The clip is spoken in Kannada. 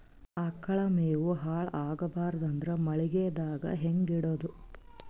ಆಕಳ ಮೆವೊ ಹಾಳ ಆಗಬಾರದು ಅಂದ್ರ ಮಳಿಗೆದಾಗ ಹೆಂಗ ಇಡೊದೊ?